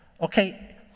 okay